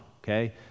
okay